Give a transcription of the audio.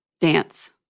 Dance